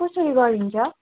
कसरी गरिन्छ